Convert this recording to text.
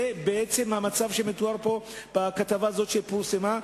זה בעצם המצב שמתואר פה בכתבה הזאת שפורסמה,